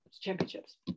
championships